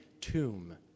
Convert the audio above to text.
tomb